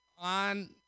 on